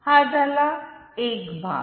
हा झाला एक भाग